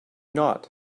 not